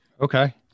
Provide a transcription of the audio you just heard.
Okay